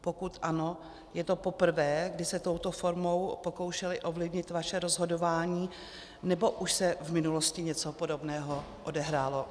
Pokud ano, je to poprvé, kdy se touto formou pokoušeli ovlivnit vaše rozhodování, nebo už se v minulosti něco podobného odehrálo?